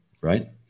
Right